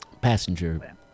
passenger